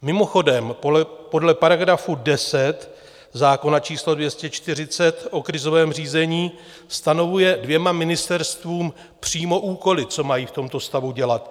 Mimochodem, podle § 10 zákona č. 240 o krizovém řízení stanovuje dvěma ministerstvům přímo úkoly, co mají v tomto stavu dělat.